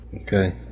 Okay